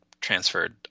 transferred